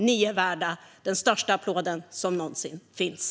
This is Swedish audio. Ni är värda den största applåd som finns.